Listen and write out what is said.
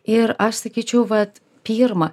ir aš sakyčiau vat pirma